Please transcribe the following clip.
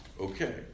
Okay